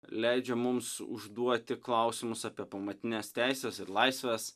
leidžia mums užduoti klausimus apie pamatines teises ir laisves